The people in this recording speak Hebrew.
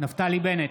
נפתלי בנט,